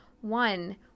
One